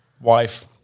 wife